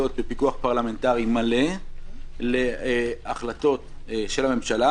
בפיקוח פרלמנטרי מלא להחלטות של הממשלה,